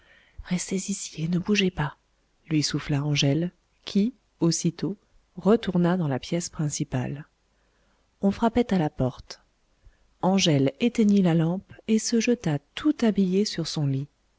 restez ici et ne bougez pas lui souffla angèle qui aussitôt retourna dans la pièce principale on frappait à la porte angèle éteignit la lampe et se jeta tout habillée sur son lit